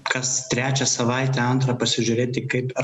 kas trečią savaitę antrą pasižiūrėti kaip